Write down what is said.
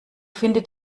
findet